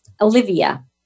Olivia